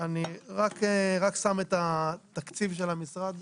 אני רק אגיד מילה על תקציב המשרד.